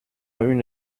une